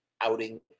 outing